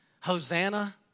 Hosanna